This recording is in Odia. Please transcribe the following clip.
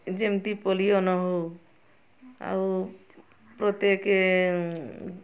ଯେମିତି ପୋଲିଓ ନ ହଉ ଆଉ ପ୍ରତ୍ୟେକ